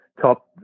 top